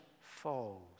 falls